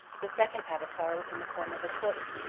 the second avatar was in the form of a tortoise,